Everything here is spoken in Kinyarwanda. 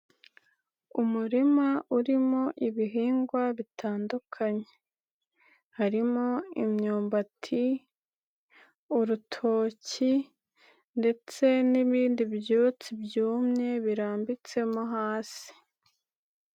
Umurima urimo ibihingwa bitandukanye harimo: imyumbati, urutoki ndetse n'ibindi byatsi byumye birambitsemo hasi.